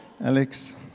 Alex